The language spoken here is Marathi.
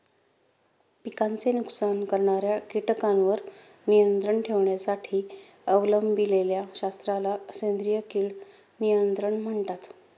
पिकांचे नुकसान करणाऱ्या कीटकांवर नियंत्रण ठेवण्यासाठी अवलंबिलेल्या शास्त्राला सेंद्रिय कीड नियंत्रण म्हणतात